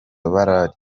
bararya